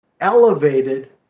elevated